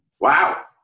Wow